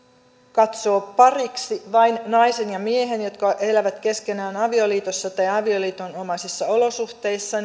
katsoo pariksi vain naisen ja miehen jotka elävät keskenään avioliitossa tai avioliiton omaisissa olosuhteissa